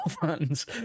fans